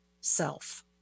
self